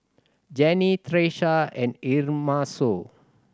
Jannie and